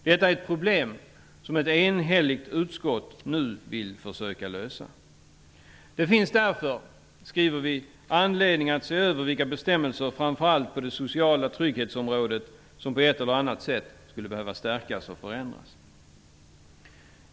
Detta är ett problem som ett enhälligt utskott nu vill försöka lösa. Det finns därför, skriver vi, anledning att se över vilka bestämmelser, framför allt på det sociala trygghetsområdet, som på ett eller annat sätt skulle behöva stärkas och förändras.